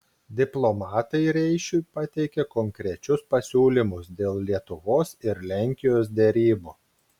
diplomatai reišiui pateikė konkrečius pasiūlymus dėl lietuvos ir lenkijos derybų